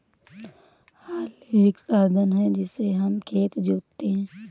हल एक साधन है जिससे हम खेत जोतते है